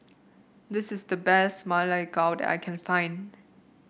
this is the best Ma Lai Gao that I can find